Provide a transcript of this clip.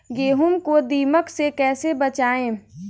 गेहूँ को दीमक से कैसे बचाएँ?